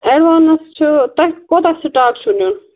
advance چھُ تۄہہِ کوٗتاہ سٕٹاک چھُو نیُن